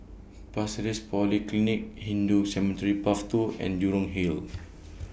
Pasir Ris Polyclinic Hindu Cemetery Path two and Jurong Hill